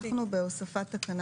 אנחנו בהוספת תקנה